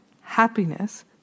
happiness